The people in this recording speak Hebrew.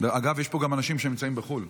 אגב, יש פה גם אנשים שנמצאים בחו"ל.